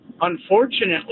unfortunately